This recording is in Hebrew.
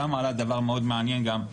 שם עלה דבר מאוד מעניין גם,